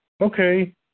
Okay